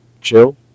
Chill